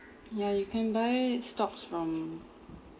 ya you can buy stocks from